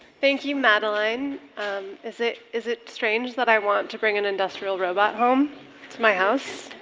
thank you madeline is it is it strange that i want to bring an industrial robot home? to my house?